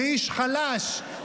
כאיש חלש,